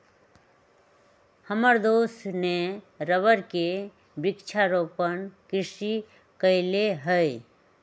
हमर दोस्त ने रबर के वृक्षारोपण कृषि कईले हई